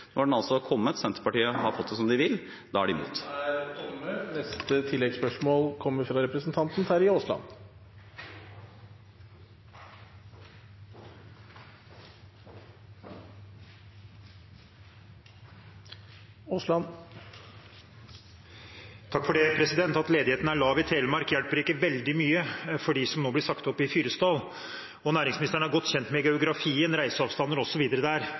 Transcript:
Når har den altså kommet. Senterpartiet har fått det som de ville. Da er… Terje Aasland – til oppfølgingsspørsmål. At ledigheten er lav i Telemark, hjelper ikke veldig mye for dem som nå blir sagt opp i Fyresdal. Næringsministeren er godt kjent med geografien, reiseavstandene osv., der.